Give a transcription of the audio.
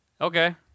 Okay